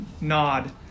nod